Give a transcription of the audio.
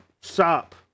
Stop